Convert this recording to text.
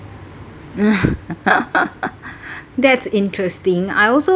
that's interesting I also